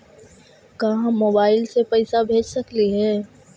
का हम मोबाईल से पैसा भेज सकली हे?